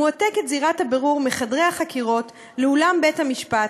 מועתקת זירת הבירור מחדרי החקירות לאולם בית-המשפט,